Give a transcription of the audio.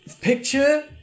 picture